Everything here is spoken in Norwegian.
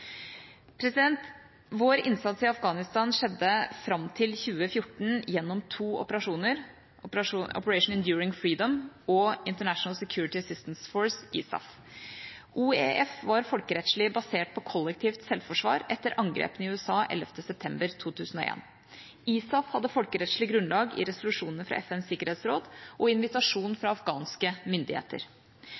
Vår innsats i Afghanistan skjedde fram til 2014 gjennom to operasjoner: Operation Enduring Freedom, OEF, og International Security Assistance Force, ISAF. OEF var folkerettslig basert på kollektivt selvforsvar etter angrepene i USA 11. september 2001. ISAF hadde folkerettslig grunnlag i resolusjoner fra FNs sikkerhetsråd og invitasjon fra afghanske myndigheter.